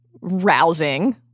rousing